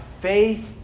faith